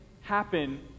happen